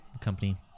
company